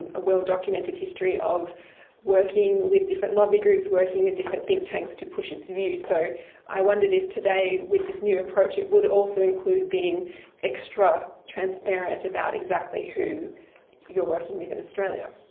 a well-documented history, of working with different lobby groups, working with different think tanks, to push its views, so i wondered if today with this new approach it would also include being extra transparent about exactly who you're working with in australia.